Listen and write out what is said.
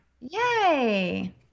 Yay